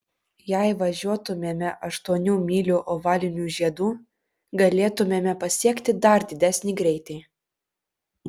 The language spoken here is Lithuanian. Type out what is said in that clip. jei važiuotumėme aštuonių mylių ovaliniu žiedu galėtumėme pasiekti dar didesnį greitį